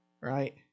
right